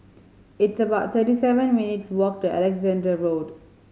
it's about thirty seven minutes' walk to Alexandra Road